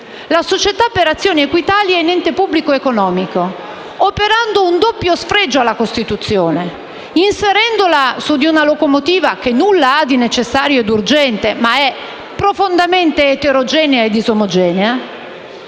la società per azioni Equitalia in ente pubblico economico operando un doppio spregio alla Costituzione, inserendola su di una locomotiva che nulla ha di necessario ed urgente ma che è profondamente eterogenea e disomogenea.